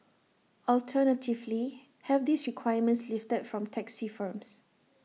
alternatively have these requirements lifted from taxi firms